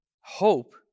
Hope